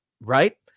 right